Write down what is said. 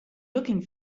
looking